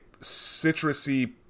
citrusy